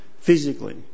physically